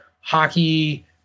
hockey